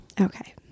Okay